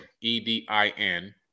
e-d-i-n